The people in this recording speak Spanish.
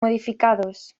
modificados